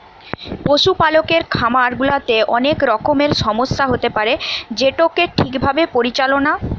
পশুপালকের খামার গুলাতে অনেক রকমের সমস্যা হতে পারে যেটোকে ঠিক ভাবে পরিচালনা করতে হয়